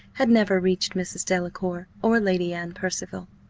had never reached mrs. delacour or lady anne percival.